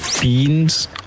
Beans